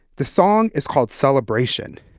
the song is called celebration.